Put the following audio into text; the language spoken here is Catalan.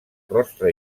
rostre